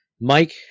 Mike